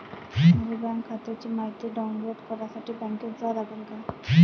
मले बँक खात्याची मायती डाऊनलोड करासाठी बँकेत जा लागन का?